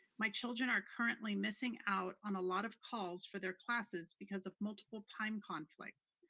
my children are currently missing out on a lot of calls for their classes because of multiple time conflicts.